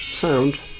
sound